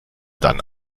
dann